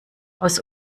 aus